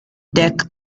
deck